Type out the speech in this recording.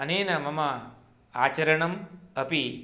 अनेन मम आचरणम् अपि